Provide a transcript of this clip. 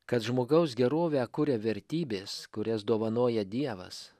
kad žmogaus gerovę kuria vertybės kurias dovanoja dievas